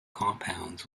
compounds